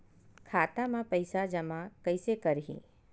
खाता म पईसा जमा कइसे करही?